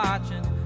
Watching